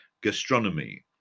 gastronomy